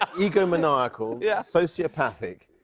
um egomaniacal. yeah. sociopathic.